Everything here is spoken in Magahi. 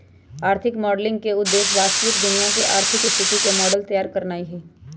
आर्थिक मॉडलिंग के उद्देश्य वास्तविक दुनिया के आर्थिक स्थिति के मॉडल तइयार करनाइ हइ